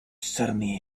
suddenly